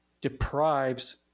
deprives